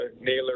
naylor